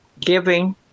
giving